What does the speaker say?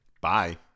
Bye